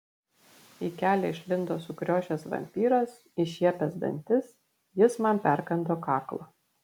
į kelią išlindo sukriošęs vampyras iššiepęs dantis jis man perkando kaklą